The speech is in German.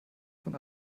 von